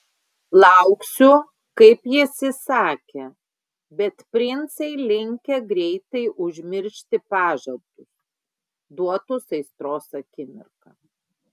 lauksiu kaip jis įsakė bet princai linkę greitai užmiršti pažadus duotus aistros akimirką